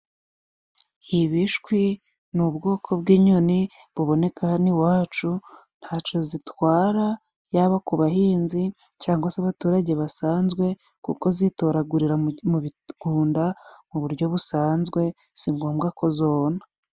Ibishwi ni ubwoko bw'inyoni buboneka hano iwacu ntaco zitwara. Yaba ku bahinzi cyangwa se abaturage basanzwe kuko zitoragurira mu bigunda, mu buryo busanzwe sigombwa ko zona.